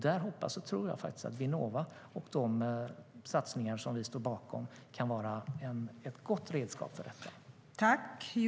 Där hoppas och tror jag att Vinnova och de satsningar som vi står bakom kan vara ett gott redskap för detta.